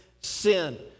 sin